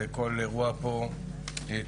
וכל אירוע פה כואב.